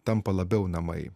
tampa labiau namai